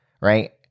Right